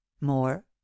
more